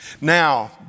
Now